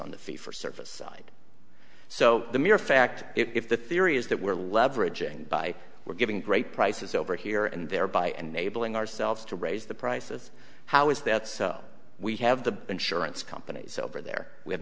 on the fee for service side so the mere fact if the theory is that we're leveraging by we're giving great prices over here and thereby and neighboring ourselves to raise the prices how is that so we have the insurance companies over there we have